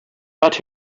but